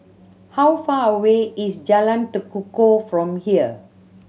how far away is Jalan Tekukor from here